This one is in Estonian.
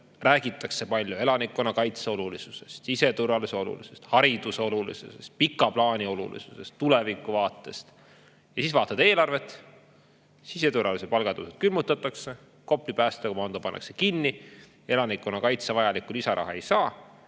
räägitakse palju elanikkonnakaitse olulisusest, siseturvalisuse olulisusest, hariduse olulisusest, pika plaani olulisusest, tulevikuvaatest. Aga siis vaatad eelarvet – siseturvalisuse palgatõusud külmutatakse, Kopli päästekomando pannakse kinni, elanikkonnakaitse vajalikku lisaraha ei saa